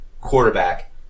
quarterback